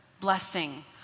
blessing